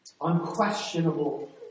unquestionable